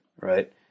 right